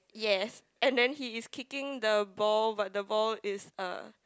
yes and then he is kicking the ball but the ball is er